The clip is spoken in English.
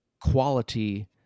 quality